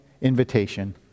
invitation